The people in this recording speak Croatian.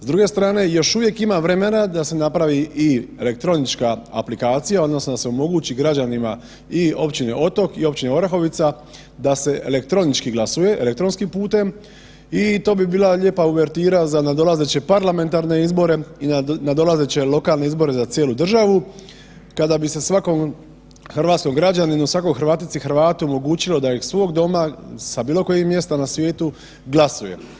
S druge strane još uvijek ima vremena da se napravi i elektronička aplikacija odnosno da se omogući građanima i općini Otok i općini Orahovica da se elektronički glasuje elektronskim putem i to bi bila lijepa uvertira za nadolazeće parlamentarne izbore i nadolazeće lokalne izbore za cijelu državu kada bi se svakom hrvatskom građaninu, svakoj Hrvatici i Hrvatu omogućilo da iz svog doma sa bilo kojeg mjesta na svijetu glasuje.